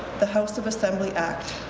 the house of assembly act.